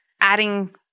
adding